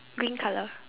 green colour